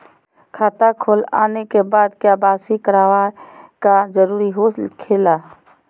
खाता खोल आने के बाद क्या बासी करावे का जरूरी हो खेला?